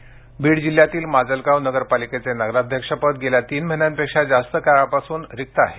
नगराध्यक्ष बीड जिल्ह्यातील माजलगाव नगर पालिकेचे नगराध्यक्ष पद हे गेल्या तीन महिन्यापेक्षा जास्त कार्यकाळापासून रिक्त आहे